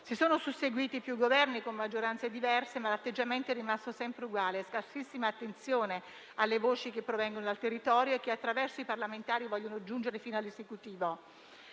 Si sono susseguiti più Governi, con maggioranze diverse, ma l'atteggiamento è rimasto sempre uguale: scarsissima attenzione alle voci che provengono dal territorio e che, attraverso i parlamentari, vogliono giungere fino all'Esecutivo.